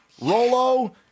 Rolo